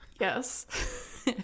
yes